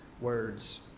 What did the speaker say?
words